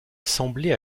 assemblée